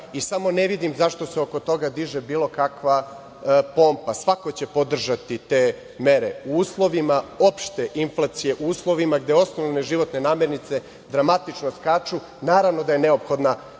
i samo ne vidim zašto se oko toga diže bilo kakva pompa. Svako će podržati te mere. U uslovima opšte inflacije, u uslovima gde osnovne životne namirnice dramatično skaču, naravno da je neophodna